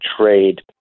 trade